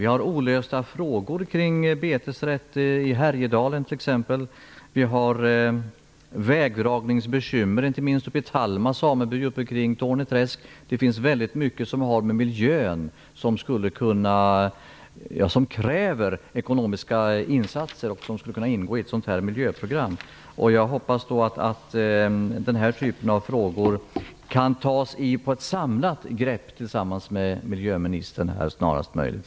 Det finns olösta frågor kring betesrätten i t.ex. Härjedalen, vägdragningsbekymmer inte minst i Tallma sameby vid Torneträsk och det finns väldigt mycket som har att göra med miljön som kräver ekonomiska insatser och som skulle kunna ingå i ett sådant här miljöprogram. Jag hoppas att jordbruksministern tillsammans med miljöministern snarast möjligt kan ta ett samlat grepp kring den här typen av frågor.